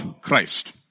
Christ